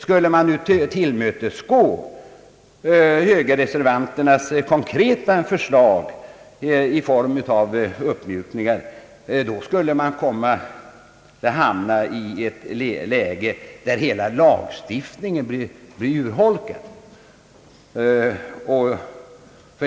Skulle man tillmötesgå högerreservanternas konkreta förslag i form av uppmjukningar, skulle man hamna i ett läge där hela lagstiftningen blir urholkad.